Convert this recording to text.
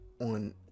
on